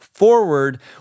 Forward